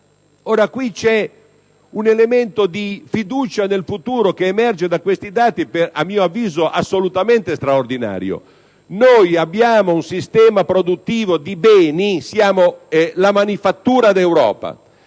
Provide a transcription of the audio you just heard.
c'è un elemento di fiducia nel futuro che emerge da questi dati, a mio avviso assolutamente straordinario. Abbiamo un sistema produttivo di beni, cioè siamo la manifattura d'Europa,